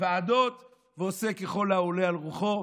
ועדות ועושה ככל העולה על רוחו,